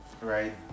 right